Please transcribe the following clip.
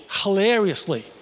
hilariously